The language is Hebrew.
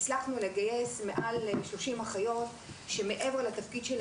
הצלחנו לגייס יותר מ-30 אחיות שמעבר לתפקידן